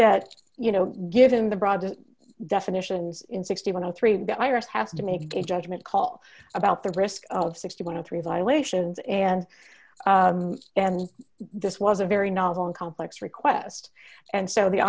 that you know given the broad definitions in sixty one all three iras have to make a judgment call about the risk of sixty one of three violations and and this was a very novel and complex request and so the